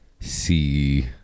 see